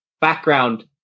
background